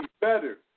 better